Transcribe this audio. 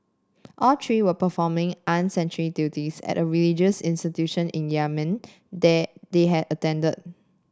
all three were performing armed sentry duties at a religious institution in Yemen they they had attended